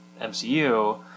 mcu